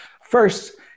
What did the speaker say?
First